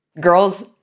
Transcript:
girls